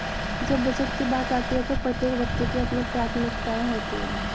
जब बचत की बात आती है तो प्रत्येक व्यक्ति की अपनी प्राथमिकताएं होती हैं